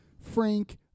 Frank